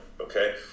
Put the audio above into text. okay